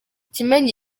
kimenyi